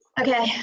okay